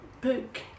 book